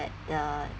that uh